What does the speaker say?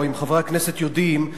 או אם חברי הכנסת יודעים,